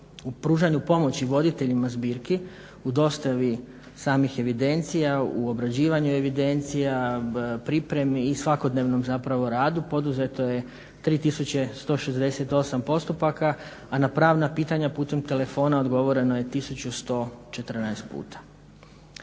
U pružanju pomoći voditeljima zbirki u dostavi samih evidencija, u obrađivanju evidencija, pripremi i svakodnevnom zapravo radu poduzeto je 3 168 postupaka, a na pravna pitanja putem telefona odgovoreno je 1 114 puta.